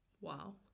Wow